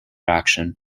action